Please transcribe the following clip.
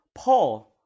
Paul